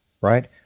right